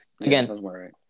Again